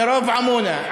אתם מבינים ערבית.